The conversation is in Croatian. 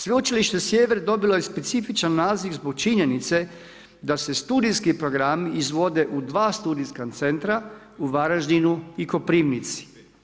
Sveučilište Sjever, dobilo je specifičan naziv zbog činjenice, da se studijski programi izvode u 2 studijska centra u Varaždinu i u Kopirnici.